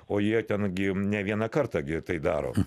o jie ten gi ne vieną kartą gi tai daro